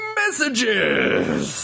messages